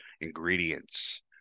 ingredients